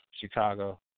Chicago